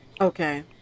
Okay